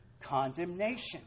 condemnation